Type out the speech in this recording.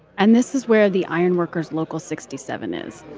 and this is where the iron workers local sixty seven is.